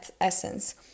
essence